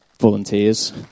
Volunteers